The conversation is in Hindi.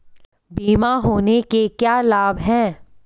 बीमा होने के क्या क्या लाभ हैं?